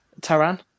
Taran